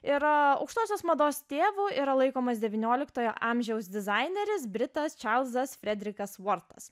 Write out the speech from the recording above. ir aukštosios mados tėvu yra laikomas devynioliktojo amžiaus dizaineris britas čarlzas fredrikas vortas